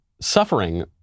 suffering